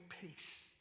peace